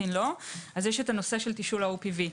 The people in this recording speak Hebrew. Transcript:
יש הנושא של תשאול ה-OPV.